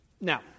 Now